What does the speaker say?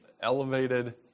elevated